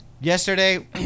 yesterday